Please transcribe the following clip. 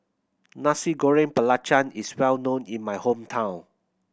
Nasi Goreng Belacan is well known in my hometown